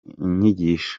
inyigisho